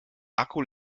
akku